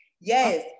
Yes